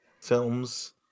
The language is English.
films